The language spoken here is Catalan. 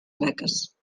beques